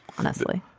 honestly,